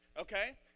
Okay